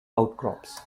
outcrops